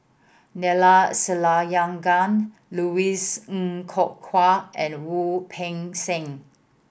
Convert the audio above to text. Neila Sathyalingam Louis Ng Kok Kwang and Wu Peng Seng